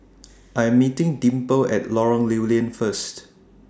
I Am meeting Dimple At Lorong Lew Lian First